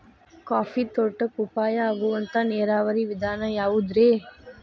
Coffee ತೋಟಕ್ಕ ಉಪಾಯ ಆಗುವಂತ ನೇರಾವರಿ ವಿಧಾನ ಯಾವುದ್ರೇ?